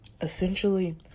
essentially